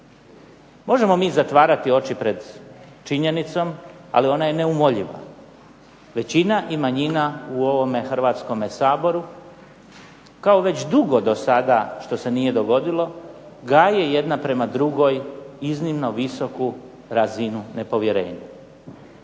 Možemo mi zatvarati oči pred činjenicom, ali ona je neumoljiva. Većina i manjina u ovome Hrvatskome saboru, kao već dugo do sada što se nije dogodilo, gaje jedna prema drugoj iznimno visoku razinu nepovjerenja.